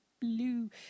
blue